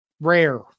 rare